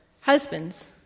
Husbands